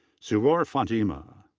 suroor fatima.